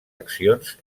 accions